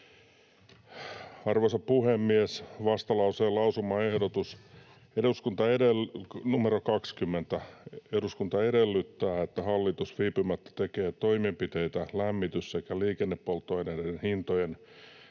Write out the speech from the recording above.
Arvoisa puhemies! Vastalauseen lausumaehdotus numero 20: ”Eduskunta edellyttää, että hallitus viipymättä tekee toimenpiteitä lämmitys- sekä liikennepolttoaineiden hintojen